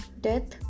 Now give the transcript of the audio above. Death